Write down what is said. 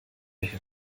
hip